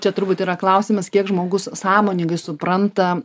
čia turbūt yra klausimas kiek žmogus sąmoningai supranta